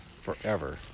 forever